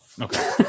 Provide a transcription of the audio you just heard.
okay